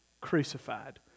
crucified